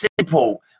simple